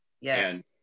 Yes